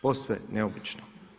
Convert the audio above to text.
Posve neobično.